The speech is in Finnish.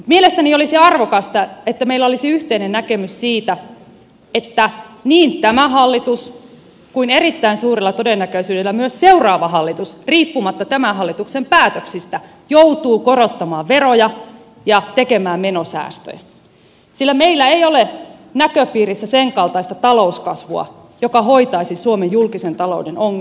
mielestäni olisi arvokasta että meillä olisi yhteinen näkemys siitä että niin tämä hallitus kuin erittäin suurella todennäköisyydellä myös seuraava hallitus riippumatta tämän hallituksen päätöksistä joutuu korottamaan veroja ja tekemään menosäästöjä sillä meillä ei ole näköpiirissä sen kaltaista talouskasvua joka hoitaisi suomen julkisen talouden ongelmat